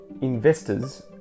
investors